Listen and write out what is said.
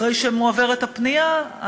אחרי שמועברת פנייה,